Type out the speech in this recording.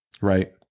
right